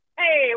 hey